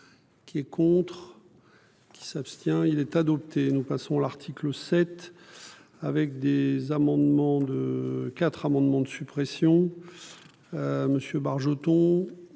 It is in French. Qui est contre. Qui s'abstient il est adopté. Nous passons l'article 7. Avec des amendements de quatre amendements de suppression. Monsieur Bargeton